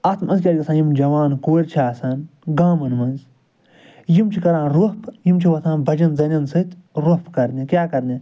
اَتھ مَنٛز کیٛاہ چھُ گَژھان یِم جَوان کورِ چھِ آسان گامَن مَنٛز یِم چھِ کَران روٚف یِم چھِ وۄتھان بَجیٚن زَنیٚن سۭتۍ روٚف کَرنہٕ کیٛاہ کَرنہٕ